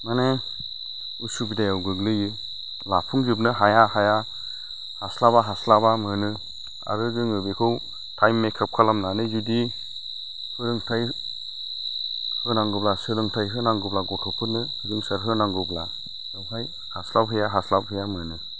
माने असुबिदायाव गोग्लैयो लाफुंजोबनो हाया हाया हास्लाबा हास्लाबा मोनो आरो जोङो बेखौ टाइम मेकआप खालामनानै जुदि फोरोंथाय होनांगौब्ला सोलोंथाय होनांगौब्ला गथ'फोरनो रोंसार होनांगौब्ला बेवहाय हास्लाबहैया हास्लाबहैया मोनो